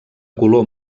color